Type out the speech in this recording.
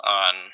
on